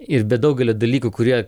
ir be daugelio dalykų kurie